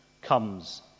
comes